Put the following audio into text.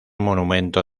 monumento